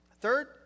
Third